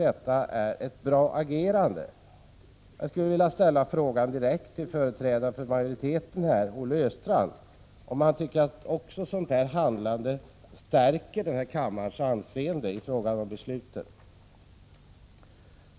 1986/87:46 = ställa frågan direkt till företrädaren för utskottsmajoriteten, Olle Östrand, 10 december 1986 om han tycker att ett sådant handlande stärker kammarens anseende.